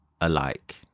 alike